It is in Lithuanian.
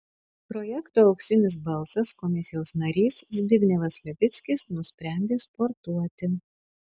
projekto auksinis balsas komisijos narys zbignevas levickis nusprendė sportuoti